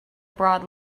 broad